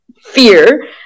fear